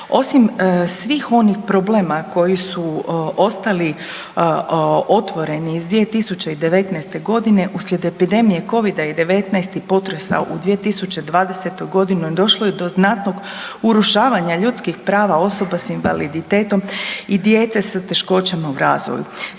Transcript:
Osim svih onih problema koji su ostali otvoreni iz 2019. godine uslijed epidemije Covida-19 i potresa u 2020. godini došlo je do znatnog urušavanja ljudskih prava osoba s invaliditetom i djece sa teškoćama u razvoju.